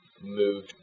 move